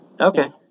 Okay